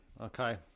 okay